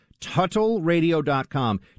TuttleRadio.com